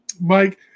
Mike